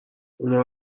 اونها